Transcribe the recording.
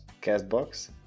Castbox